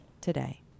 today